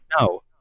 No